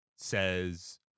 says